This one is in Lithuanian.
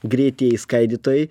greitieji skaidytojai